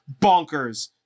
bonkers